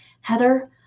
Heather